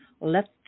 Let